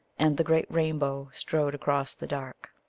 and the great rainbow strode across the dark.